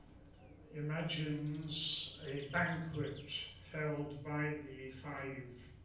imagines a banquet held by the five